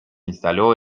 instaló